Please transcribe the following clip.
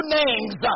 names